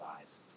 eyes